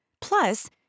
Plus